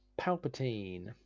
Palpatine